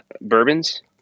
bourbons